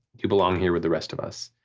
you belong here with the rest of us,